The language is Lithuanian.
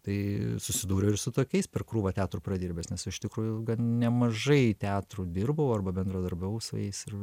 tai susidūriau ir su tokiais per krūvą teatro pradirbęs nes iš tikrųjų nemažai teatrų dirbau arba bendradarbiavau su jais ir